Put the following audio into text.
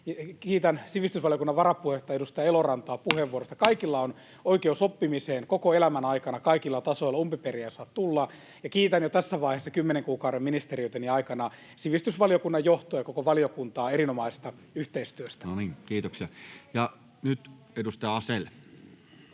Kiitän sivistysvaliokunnan varapuheenjohtaja, edustaja Elorantaa puheenvuorosta. Kaikilla on oikeus oppimiseen koko elämän aikana, kaikilla tasoilla, umpiperiä ei saa tulla. Ja kiitän jo tässä vaiheessa, kymmenen kuukauden ministeriyteni aikana, sivistysvaliokunnan johtoa ja koko valiokuntaa erinomaisesta yhteistyöstä. [Speech 126] Speaker: